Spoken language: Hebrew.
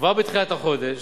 כבר בתחילת החודש,